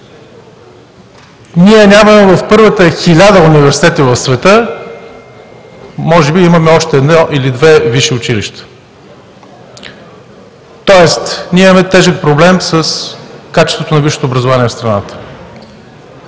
университет. В първите хиляда университети в света може би имаме още едно или две висши училища. Тоест имаме тежък проблем с качеството на висшето образование в страната.